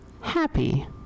happy